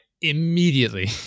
immediately